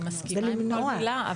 אני מסכימה עם כל מילה,